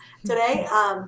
today